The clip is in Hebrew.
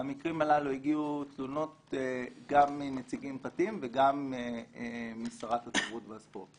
למקרים הללו הגיעו תלונות גם מנציגים פרטיים וגם משרת התרבות והספורט.